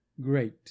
great